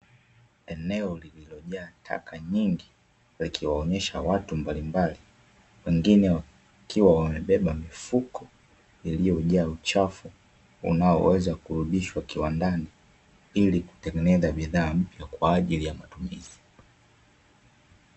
Eneo lililo jaa taka nyingi likiwaonyesha watu mbalimbali, wengine wakiwa wamebeba mifuko iliyo jaa uchafu unaoweza kurudishwa kiwandani, ili kutengeneza bidhaa mpya kwa ajili ya matumizi.